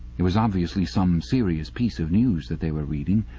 it was obviously some serious piece of news that they were reading.